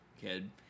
kid